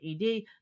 ED